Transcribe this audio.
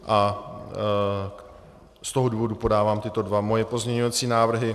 Z toho důvodu podávám tyto dva svoje pozměňovací návrhy.